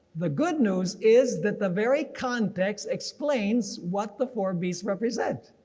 the good news is that the very context explains what the four beasts represent.